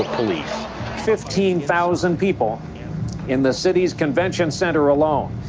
police fifteen thousand people in the city's convention center alone,